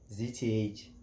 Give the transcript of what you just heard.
ZTH